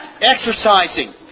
exercising